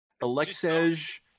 Alexej